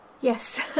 yes